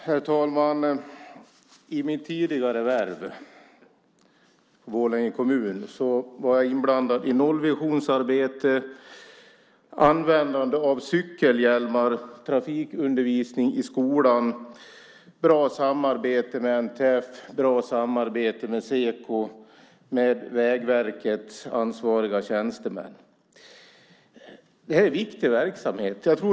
Herr talman! I mitt tidigare värv i Borlänge kommun var jag inblandad i nollvisionsarbetet. Det gällde användande av cykelhjälmar, trafikundervisning i skolan, bra samarbete med NTF, bra samarbete med Seko och ansvariga tjänstemän på Vägverket. Det här är viktig verksamhet.